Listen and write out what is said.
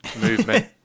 movement